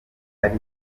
ari